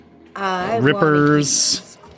rippers